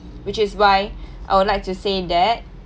which is why I would like to say that